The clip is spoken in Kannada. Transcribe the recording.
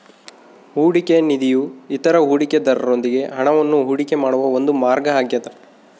ಹೂಡಿಕೆಯ ನಿಧಿಯು ಇತರ ಹೂಡಿಕೆದಾರರೊಂದಿಗೆ ಹಣವನ್ನು ಹೂಡಿಕೆ ಮಾಡುವ ಒಂದು ಮಾರ್ಗ ಆಗ್ಯದ